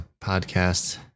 podcast